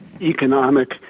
economic